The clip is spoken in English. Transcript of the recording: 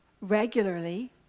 regularly